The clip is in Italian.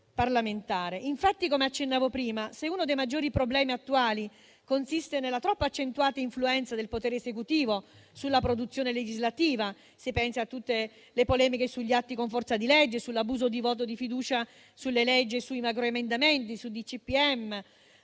Infatti, come accennavo prima, se uno dei maggiori problemi attuali consiste nella troppo accentuata influenza del potere esecutivo sulla produzione legislativa - si pensi a tutte le polemiche sugli atti con forza di legge, sull'abuso di voto di fiducia, sulle leggi e sui macroemendamenti, sui DPCM